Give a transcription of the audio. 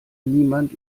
niemand